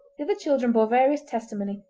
the other children bore various testimony,